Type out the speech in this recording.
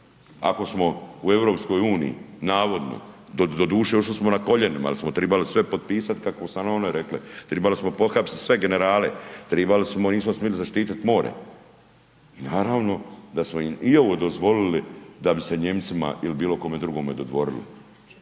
ako smo u EU, navodno doduše, ošli smo na koljenima, jer smo tribali sve potpisati kako su …/Govornik se ne razumije./… rekle, trebali smo pohapsiti sve generale, trebali smo, nismo smjeli zaštiti more. A naravno, da smo im i ovo dozvolili da bi se Nijemcima ili bilo kome drugome dodvorili.